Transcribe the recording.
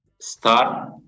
start